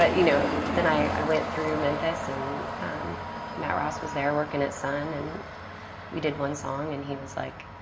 but you know, then i went through memphis. and um matt ross was there working at sun. and we did one song. and he was, like,